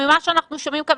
וממה שאנחנו שומעים כאן,